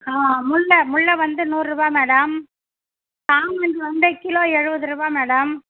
ஆ முல்லை முல்லை வந்து நூறுபா மேடம் சாமந்தி வந்து கிலோ எழுபதுருபா மேடம்